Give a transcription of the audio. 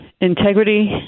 Integrity